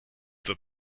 the